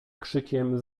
krzykiem